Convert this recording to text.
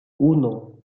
uno